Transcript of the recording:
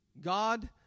God